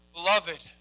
Beloved